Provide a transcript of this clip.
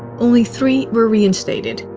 only three were re-instated,